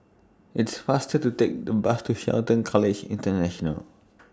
It's faster to Take The Bus to Shelton College International